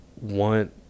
want